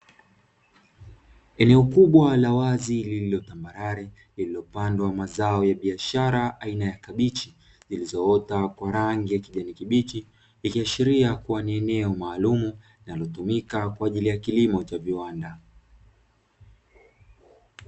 Eneo kubwa la wazi lililo tambalare lililopandwa mazao ya biashara aina ya kabichi. Zilizoota kwa rangi ya kijani kibichi ikiashiria kuwa ni eneo maalum linalotumika kwa ajili ya kilimo cha viwanda.